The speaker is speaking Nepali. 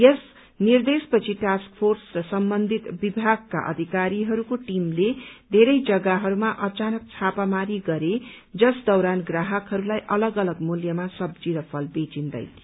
यस निर्देश पछि टास्क फोर्स र सम्बन्धित विभागका अधिकारीहरूको टीमले धेरै जग्गाहरूमा अचानक छापामारी गरे जस दौरान ग्राहकहरूलाई अलग अलग मूल्यमा सब्जी र फल बेचिन्दै थियो